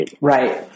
Right